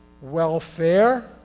welfare